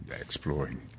exploring